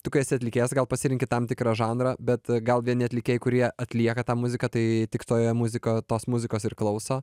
tu kai esi atlikėjas gal pasirenki tam tikrą žanrą bet gal vieni atlikėjai kurie atlieka tą muziką tai tik toje muzikoje tos muzikos ir klauso